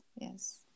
yes